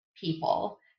people